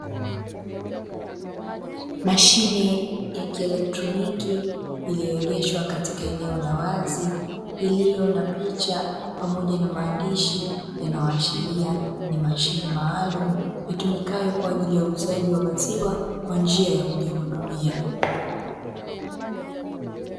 Mashine ya kielekroniki iliyoegeshwa katika eneo la wazi iliyo na picha pamoja na maandishi yanayoashiria ni mashine maalumu, itumikayo kwa njia ya uuzaji wa maziwa kwa nia ya kujihudumia.